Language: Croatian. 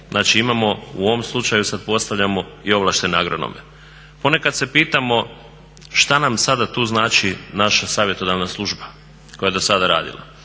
Znači imamo, u ovom slučaju sad postavljamo i ovlaštene agronome. Ponekad se pitamo šta nam sada tu znači naša savjetodavna služba koja je do sada radila